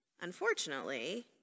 Unfortunately